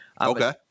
Okay